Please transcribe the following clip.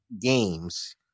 games